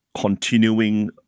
continuing